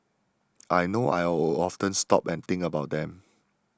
I know I'll often stop and think about them